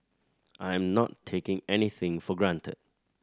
I am not taking anything for granted